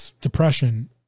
depression